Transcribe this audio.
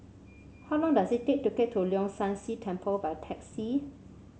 how long does it take to get to Leong San See Temple by taxi